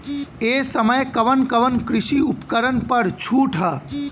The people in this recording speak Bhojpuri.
ए समय कवन कवन कृषि उपकरण पर छूट ह?